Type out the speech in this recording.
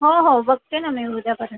हो हो बघते ना मी उद्यापर्यंत